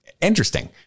Interesting